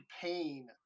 pain